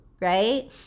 right